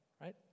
Right